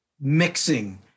mixing